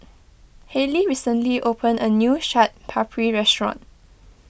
Hallie recently opened a new Chaat Papri restaurant